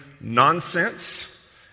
nonsense